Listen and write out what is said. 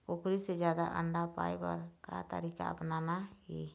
कुकरी से जादा अंडा पाय बर का तरीका अपनाना ये?